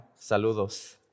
Saludos